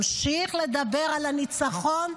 ממשיך לדבר על הניצחון,